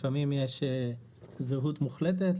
לפעמים יש זהות מוחלטת,